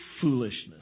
foolishness